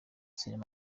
cyril